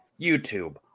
YouTube